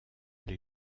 les